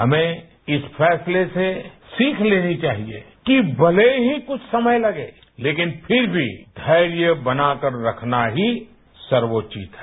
हमें इस फैसले से सीख लेनी चाहिए कि भले ही कुछ समय लगे लेकिन फिर भी धैर्य बनाकर रखना ही सर्वोचित है